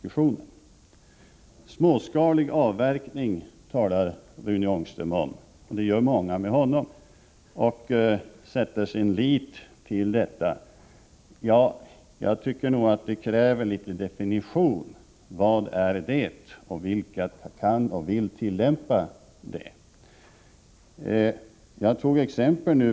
Småskalig avverkning talar Rune Ångström om, och det gör många med honom. De sätter sin lit till den metoden. Jag tycker nog att uttrycket kräver en definition. Vad är småskalig avverkning? Vilka kan och vill tillämpa den metoden?